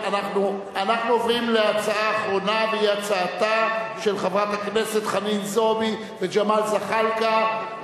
אני קובע שהצעתו של חבר הכנסת דב חנין עברה בקריאה טרומית,